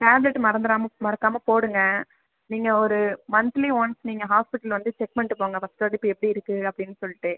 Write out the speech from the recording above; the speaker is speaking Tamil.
டேப்லெட்டு மறந்துறாமல் மறக்காமல் போடுங்கள் நீங்கள் ஒரு மந்த்லி ஒன்ஸ் நீங்கள் ஹாஸ்ப்பிட்டல் வந்து செக் பண்ணிட்டு போங்க ஃபர்ஸ்ட்டோட இப்போ எப்படி இருக்கு அப்படின் சொல்லிட்டு